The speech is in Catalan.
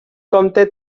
comte